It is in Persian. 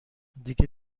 دیگه